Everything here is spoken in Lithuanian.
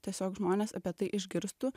tiesiog žmonės apie tai išgirstų